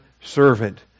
servant